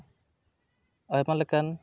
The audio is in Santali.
ᱟᱭᱢᱟ ᱞᱮᱠᱟᱱ